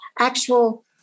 actual